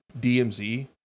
DMZ